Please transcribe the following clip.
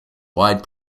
wide